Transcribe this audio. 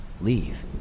leave